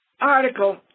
article